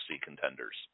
contenders